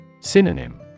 Synonym